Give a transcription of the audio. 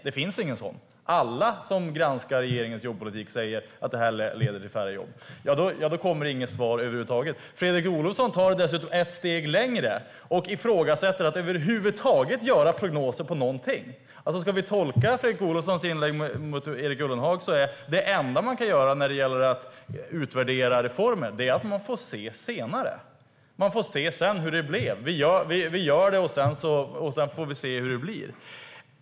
Det finns ingen sådan. Alla som granskar regeringens jobbpolitik säger att den leder till färre jobb. Men det kommer inget svar över huvud taget. Fredrik Olovsson tar det dessutom ett steg längre och ifrågasätter att över huvud taget göra prognoser på någonting. Ska vi tolka Fredrik Olovssons inlägg i replikskiftet med Erik Ullenhag är det enda man kan göra när det gäller att utvärdera reformer att se senare. Man får se sedan hur det blev. Vi gör det, och sedan får vi se hur det blir.